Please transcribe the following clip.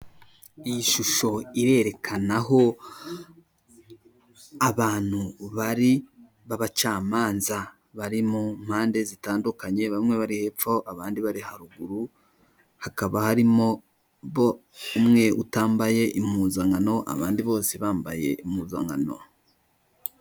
Iyi shusho irerekana aho abantu bari b'abacamanza bari mu mpande zitandukanye, bamwe bari hepfo abandi bari haruguru, hakaba harimo bo umwe utambaye impuzankano abandi bose bambaye impuzankano.